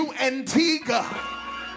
Antigua